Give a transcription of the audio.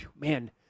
man